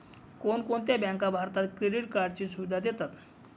कोणकोणत्या बँका भारतात क्रेडिट कार्डची सुविधा देतात?